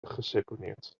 geseponeerd